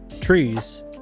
trees